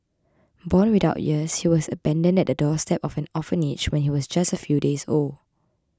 born without ears he was abandoned at the doorstep of an orphanage when he was just a few days old